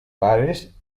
pares